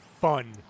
fun